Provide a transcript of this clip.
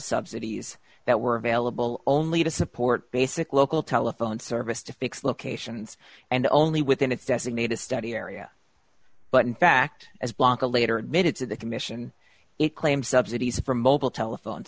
subsidies that were available only to support basic local telephone service to fixed locations and only within its designated study area but in fact as blanca later admitted to the commission it claimed subsidies for mobile telephone